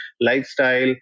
lifestyle